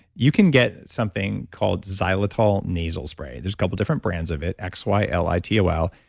you can get something called xylitol nasal spray. there's a couple different brands of it, x y l i t o l.